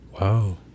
Wow